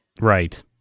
Right